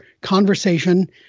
conversation